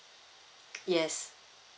yes